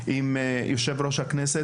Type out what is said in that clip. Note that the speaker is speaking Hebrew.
אילת.